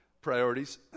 priorities